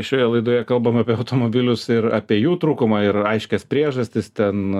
šioje laidoje kalbam apie automobilius ir apie jų trūkumą ir aiškias priežastis ten